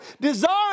Desire